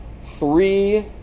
three